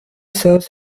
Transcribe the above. serves